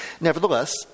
Nevertheless